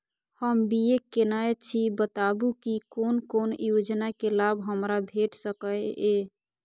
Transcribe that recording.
हम बी.ए केनै छी बताबु की कोन कोन योजना के लाभ हमरा भेट सकै ये?